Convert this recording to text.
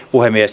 puhemies